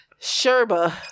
Sherba